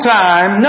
time